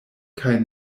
kaj